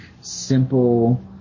simple